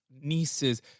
nieces